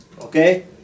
Okay